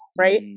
right